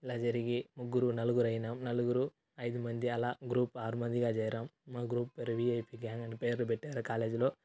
ఇలా జరిగి ముగ్గురు నలుగురు అయినాం నలుగురు ఐదుమంది అలా గ్రూప్ ఆరు మందిగాచేరాం మా గ్రూప్ పేరు వీఐపీ గ్యాంగ్ అని పేర్లు పెట్టారు కాలేజిలో